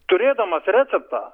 turėdamas receptą